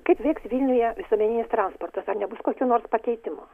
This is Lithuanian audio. kaip veiks vilniuje visuomeninis transportas ar nebus kokių nors pakeitimų